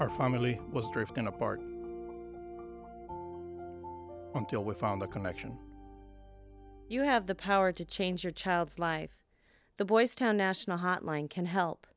our family was drifting apart until we found the connection you have the power to change your child's life the boy's town national hotline can help